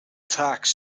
tax